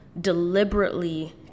deliberately